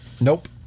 Nope